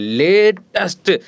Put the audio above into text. latest